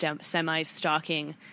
semi-stalking